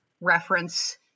reference